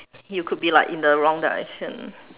you could be like in the wrong direction